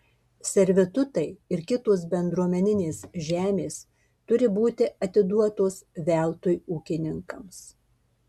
servitutai ir kitos bendruomeninės žemės turi būti atiduotos veltui ūkininkams